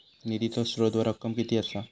निधीचो स्त्रोत व रक्कम कीती असा?